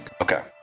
Okay